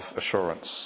assurance